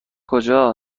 کجا